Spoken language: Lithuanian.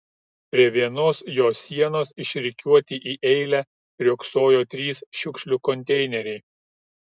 prie vienos jo sienos išrikiuoti į eilę riogsojo trys šiukšlių konteineriai